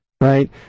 Right